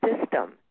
system